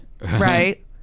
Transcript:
right